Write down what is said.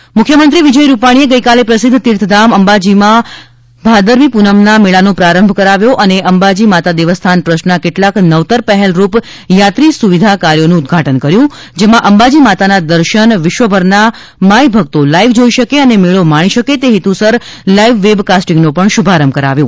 અંબાજી મંદિર મુખ્યમંત્રી વિજય રૂપાણીએ ગઈકાલે પ્રસિદ્ધ તીર્થ ધામ અંબાજીમાં ભાદરવી પૂનમના મેળા નો પ્રારંભ કરાયો અને અંબાજી માતા દેવસ્થાન ટ્રસ્ટના કેટલાક નવતર પહેલ રૂપ યાત્રી સુવિધા કાર્યોનું ઉદઘાટન કર્યું જેમાં અંબાજી માતા ના દર્શન વિશ્વ ભરના માં ભક્તો લાઈવ જોઈ શકે અને મેળો માણી શકે તે હેતુસર લાઈવ વેબ કાસ્ટીંગનો પણ શુભારંભ કરાવ્યો